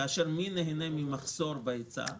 כאשר מי נהנה ממחסור בהיצע?